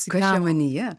kas čia manyje